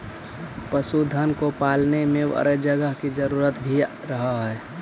पशुधन को पालने में बड़े जगह की जरूरत भी रहअ हई